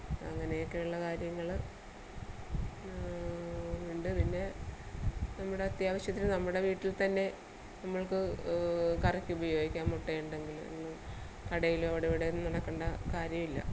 അങ്ങനെയൊക്കെയുള്ള കാര്യങ്ങൾ ഉണ്ട് പിന്നെ നമ്മുടെ അത്യാവശ്യത്തിന് നമ്മുടെ വീട്ടിൽ തന്നെ നമ്മൾക്ക് കറിക്ക് ഉപയോഗിക്കാം മുട്ടയുണ്ടെങ്കിൽ കടയിലോ അവിടെ ഇവിടെയൊന്നും നടക്കേണ്ട കാര്യമില്ല